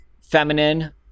feminine